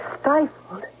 stifled